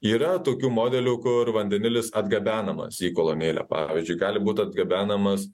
yra tokių modelių kur vandenilis atgabenamas į kolonėlę pavyzdžiui gali būt atgabenamas